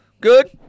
Good